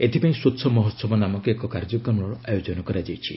ଏଥିପାଇଁ 'ସ୍ୱଚ୍ଛ ମହୋହବ' ନାମକ ଏକ କାର୍ଯ୍ୟକ୍ରମର ଆୟୋଜନ କରାଯାଉଛି